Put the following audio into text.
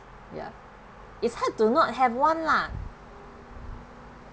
ya it's hard to not have one lah